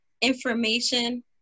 information